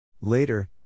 Later